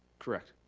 correct.